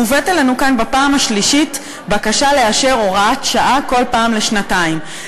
מובאת אלינו כאן בפעם השלישית בקשה לאשר הוראת שעה כל פעם לשנתיים,